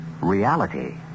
reality